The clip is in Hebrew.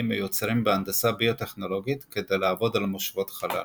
מיוצרים בהנדסה ביוטכנולוגית כדי לעבוד על מושבות חלל.